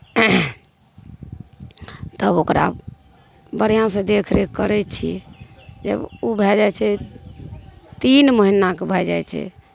तब ओकरा बढ़िआँसँ देखि रेख करै छियै जब ओ भए जाए छै तीन महिना कऽ भए जाए छै